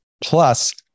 Plus